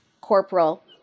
corporal